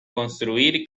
construir